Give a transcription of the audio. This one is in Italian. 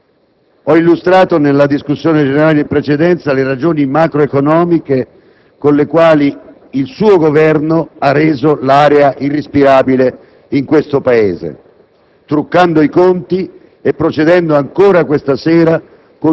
Qualche giorno fa, il Presidente del Consiglio ha detto che in Italia c'è un'aria irrespirabile.